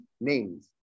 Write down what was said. names